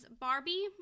Barbie